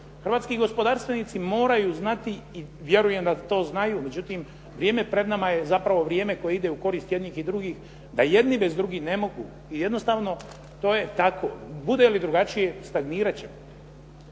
Hrvatski gospodarstvenici moraju znati i vjerujem da to znaju, međutim, vrijeme pred nama je zapravo vrijeme koje ide u korist i jednih i drugih, da jedni bez drugih ne mogu. I jednostavno to je tako. Bude li drugačije stagnirati ćemo.